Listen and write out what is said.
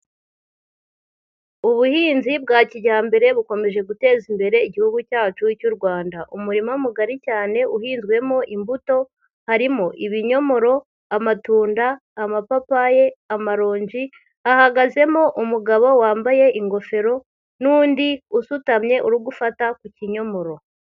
Ubuhinzi bwa kijyambere bukomeje guteza imbere Igihugu cyacu cy'u Rwanda. Umurima mugari cyane uhinzwemo imbuto harimo: ibinyomoro, amatunda, amapapayi, amaronji, hahagazemo umugabo wambaye ingofero n'undi usutamye uri gufata ku kinyomoro.